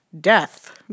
death